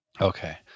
Okay